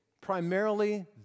primarily